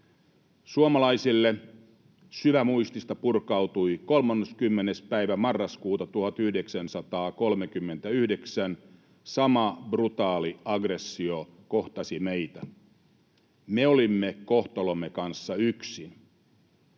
Suomalaisille syvämuistista purkautui 30. päivä marraskuuta 1939. Sama brutaali aggressio kohtasi meitä. Me olimme kohtalomme kanssa yksin.